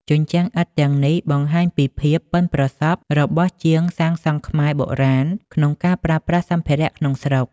ជញ្ជាំងឥដ្ឋទាំងនេះបង្ហាញពីភាពប៉ិនប្រសប់របស់ជាងសាងសង់ខ្មែរបុរាណក្នុងការប្រើប្រាស់សម្ភារៈក្នុងស្រុក។